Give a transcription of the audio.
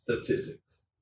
statistics